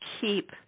keep